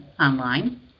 online